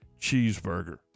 cheeseburger